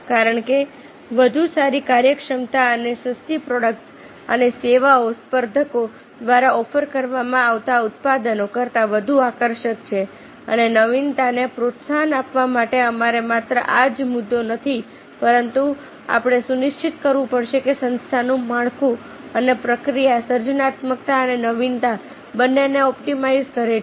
કારણ કે વધુ સારી કાર્યક્ષમતા અને સસ્તી પ્રોડક્ટ્સ અને સેવાઓ સ્પર્ધકો દ્વારા ઓફર કરવામાં આવતા ઉત્પાદનો કરતાં વધુ આકર્ષક છે અને નવીનતાને પ્રોત્સાહન આપવા માટે અમારે માત્ર આ જ મુદ્દો નથી પરંતુ આપણે સુનિશ્ચિત કરવું પડશે કે સંસ્થાનું માળખું અને પ્રક્રિયા સર્જનાત્મકતા અને નવીનતા બંનેને ઑપ્ટિમાઇઝ કરે છે